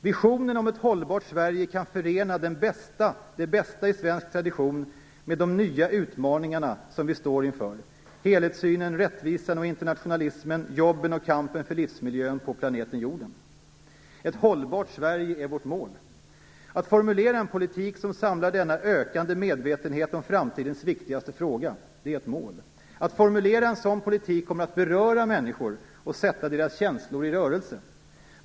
Visionen om ett hållbart Sverige kan förena det bästa i svensk tradition med de nya utmaningarna som vi står inför: helhetssynen, rättvisan och internationalismen, jobben och kampen för livsmiljön på planeten Jorden. Ett hållbart Sverige är vårt mål. Att formulera en politik som samlar denna ökade medvetenhet om framtidens viktigaste fråga är ett mål. Att formulera en sådan politik kommer att beröra människor och sätta deras känslor i rörelse.